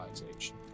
realization